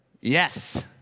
yes